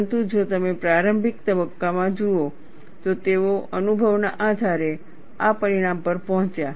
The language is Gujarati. પરંતુ જો તમે પ્રારંભિક તબક્કામાં જુઓ તો તેઓ અનુભવના આધારે આ પરિણામ પર પહોંચ્યા